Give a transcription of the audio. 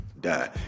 die